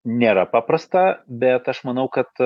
nėra paprasta bet aš manau kad